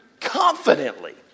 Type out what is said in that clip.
confidently